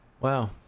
Wow